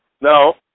No